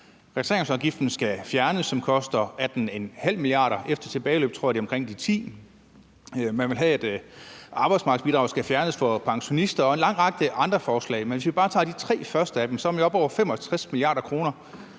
registreringsafgiften skal fjernes, hvilket koster 18,5 mia. kr. – efter tilbageløb tror jeg det er omkring 10 mia. kr.; og man vil have, at arbejdsmarkedsbidraget skal fjernes for pensionister. Og man har en lang række andre forslag, men hvis vi bare tager de tre første af dem, er vi oppe over 65 mia. kr.